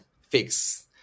fix